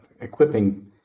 equipping